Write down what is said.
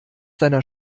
deiner